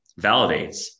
validates